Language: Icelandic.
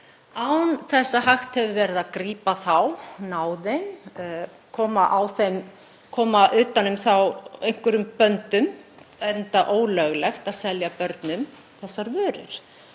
án þess að hægt hafi verið að grípa þá, koma á þá einhverjum böndum, enda ólöglegt að selja börnum þessar vörur.